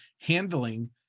handling